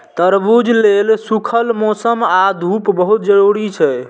तरबूज लेल सूखल मौसम आ धूप बहुत जरूरी छै